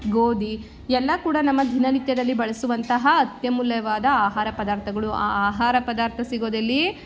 ಗೋಧಿ ಎಲ್ಲ ಕೂಡ ನಮ್ಮ ದಿನನಿತ್ಯದಲ್ಲಿ ಬಳಸುವಂತಹ ಅತ್ಯಮೂಲ್ಯವಾದ ಆಹಾರ ಪದಾರ್ಥಗಳು ಆ ಆಹಾರ ಪದಾರ್ಥ ಸಿಗೋದೆಲ್ಲಿ